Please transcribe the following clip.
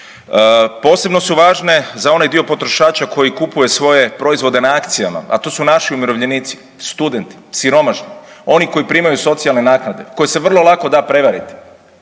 posebno su važne za onaj dio potrošača koji kupuje svoje proizvode na akcijama, a to su naši umirovljenici, studenti, siromašni, oni koji primaju socijalne naknade koje se vrlo lako da prevariti,